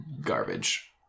garbage